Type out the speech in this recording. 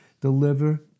deliver